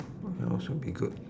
where else should be good